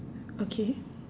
okay